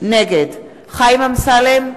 נגד חיים אמסלם,